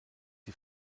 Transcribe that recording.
die